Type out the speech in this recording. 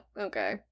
okay